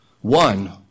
one